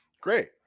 Great